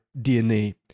DNA